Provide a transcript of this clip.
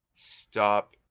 Stop